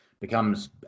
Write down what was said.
becomes